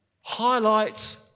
highlight